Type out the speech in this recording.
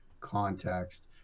context